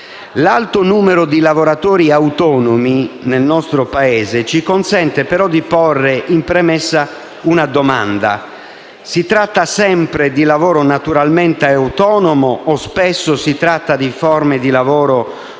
L'alto numero di lavoratori autonomi nel nostro Paese ci consente però di porre in premessa una domanda: si tratta sempre di lavoro naturalmente autonomo o spesso si tratta di forme di lavoro